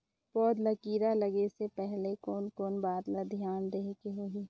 पौध ला कीरा लगे से पहले कोन कोन बात ला धियान देहेक होही?